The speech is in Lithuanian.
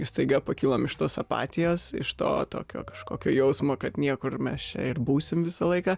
ir staiga pakilom iš tos apatijos iš to tokio kažkokio jausmo kad niekur mes čia ir būsim visą laiką